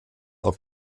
auf